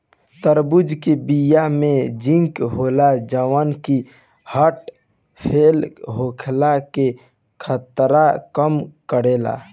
तरबूज के बिया में जिंक होला जवन की हर्ट फेल होखला के खतरा कम करेला